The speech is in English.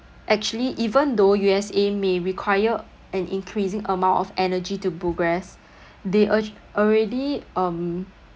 actually even though U_S_A may require an increasing amount of energy to progress they urge already um